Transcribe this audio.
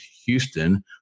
Houston